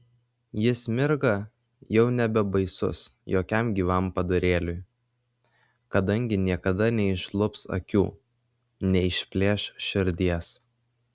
jis mirga jau nebebaisus jokiam gyvam padarėliui kadangi niekada neišlups akių neišplėš širdies